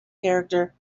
character